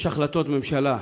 יש החלטות ממשלה.